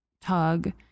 tug